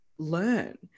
learn